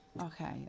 okay